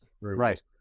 right